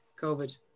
covid